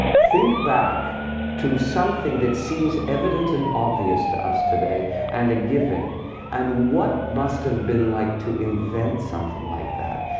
think back to something that seems evident and obvious to us today and a given and what must have been like to invent something like that.